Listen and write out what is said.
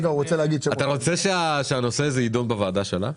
אתה רוצה שהנושא הזה יידון בוועדה שלה?